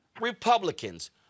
Republicans